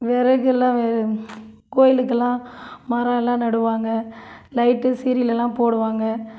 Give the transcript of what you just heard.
விறகு எல்லாம் வெ கோயிலுக்கு எல்லாம் மரம் எல்லாம் நடுவாங்க லைட்டு சீரியல் எல்லாம் போடுவாங்க